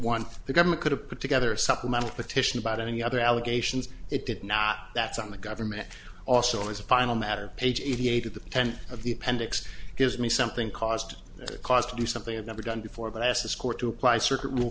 one the government could have put together a supplemental petition about any other allegations it did not that's on the government also as a final matter page eighty eight at the end of the appendix it gives me something caused cause to do something i've never done before but i asked this court to apply circuit rule